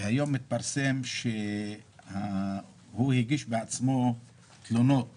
והיום מתפרסם שהוא הגיש בעצמו תלונות